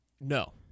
No